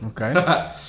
Okay